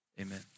Amen